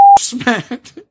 smacked